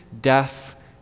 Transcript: death